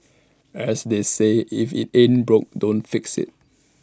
as they say if IT ain't broke don't fix IT